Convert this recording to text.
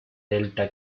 delta